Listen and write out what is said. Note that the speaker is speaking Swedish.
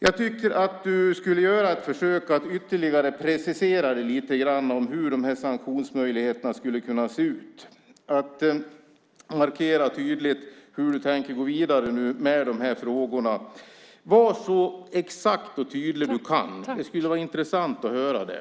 Jag tycker att ministern ska göra ett försök att ytterligare precisera hur sanktionsmöjligheterna skulle kunna se ut och tydligt markera hur du tänker gå vidare med frågorna. Var så exakt och tydlig som du kan! Det skulle vara intressant att höra det.